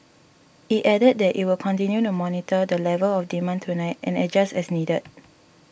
it added that it will continue to monitor the level of demand tonight and adjust as needed